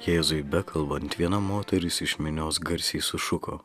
jėzui bekalbant viena moteris iš minios garsiai sušuko